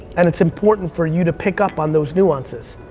and it's important for you to pick up on those nuances.